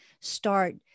start